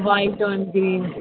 white और green